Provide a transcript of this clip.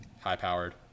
high-powered